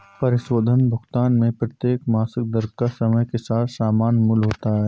परिशोधन भुगतान में प्रत्येक मासिक दर का समय के साथ समान मूल्य होता है